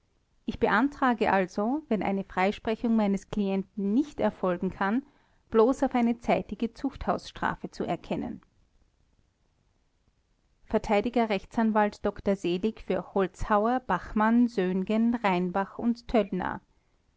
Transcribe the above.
ich beantrage also wenn eine freisprechung meines klienten nicht erfolgen kann bloß auf eine zeitige zuchthausstrafe zu erkennen vert rechtsanwalt dr seelig für holzhauer bachmann söhngen rheinbach und töllner